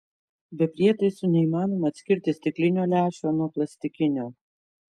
be prietaisų neįmanoma atskirti stiklinio lęšio nuo plastikinio